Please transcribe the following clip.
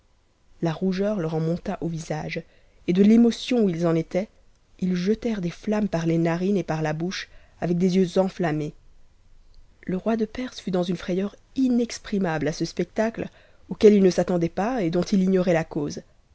la rougeur leur jjtonta sagc et de émotion ou i s on euu u ils jetèt put dcsibnnmcs n t tes narnies et par a houchf avec cs yeux cnf mmës le roi de perse fut dans une frayeur inexprimable à ce spectacle auquel il ne s'attendait pas et dont il ignorait la cause